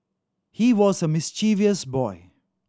he was a mischievous boy